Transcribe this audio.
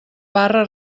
barra